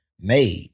made